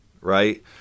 Right